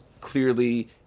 clearly